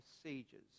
procedures